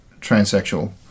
transsexual